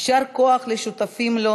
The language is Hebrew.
יישר כוח לשותפים לו,